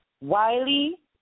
Wiley